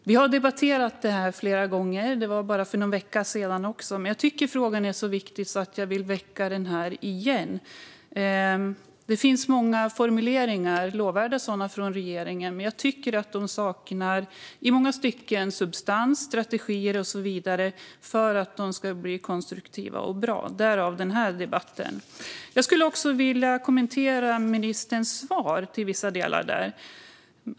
Vi har debatterat detta flera gånger, senast för bara någon vecka sedan, men jag tycker att frågan är så viktig att jag vill väcka den här igen. Det finns många lovvärda formuleringar från regeringen, men jag tycker att det i många stycken saknas substans, strategier och så vidare för att det ska bli konstruktivt och bra - därav denna debatt. Jag skulle också vilja kommentera vissa delar av ministerns svar.